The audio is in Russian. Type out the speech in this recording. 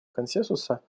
консенсуса